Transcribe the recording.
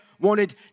wanted